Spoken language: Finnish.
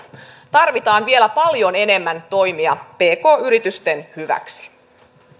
tarvitaan vielä paljon enemmän toimia pk yritysten hyväksi